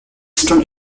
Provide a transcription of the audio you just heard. stone